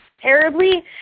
terribly